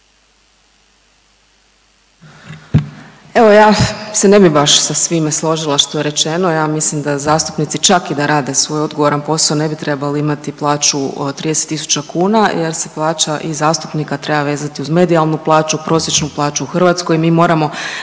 Evo, ja se ne bih baš sa svime složila što je rečeno, ja mislim da zastupnici, čak i da rade svoj odgovoran posao, ne bi trebali imati plaću 30 tisuća kuna jer se plaća i zastupnika treba vezati uz medijalnu plaću, prosječnu plaću u Hrvatskoj, mi moramo,